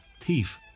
Thief